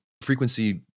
Frequency